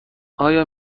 آیا